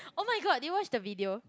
[oh]-my-god did you watch the video